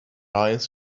eyes